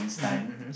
mmhmm mmhmm